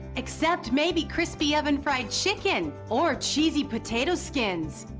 except maybe crispy oven fried chicken or cheesy potato skins.